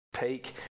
peak